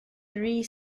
three